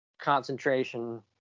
concentration